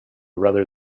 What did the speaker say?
rather